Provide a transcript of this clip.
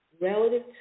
relative